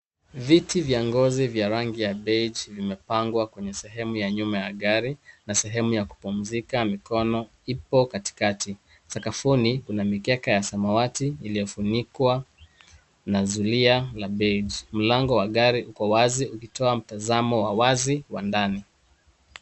Viti vya ngozi vya rangi ya beige zimepangwa kwenye sehemu ya nyuma ya gari na sehemu ya kupumzika mikono ipo katikati. Sakafuni kuna mikeka ya samawati iliyofunikwa na zulia la beige .Mlango wa gari uko wazi ukitoa mtazamo wa wazi wa ndani.